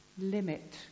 Limit